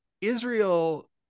Israel